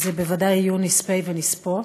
אלה בוודאי היו נספים ונספות,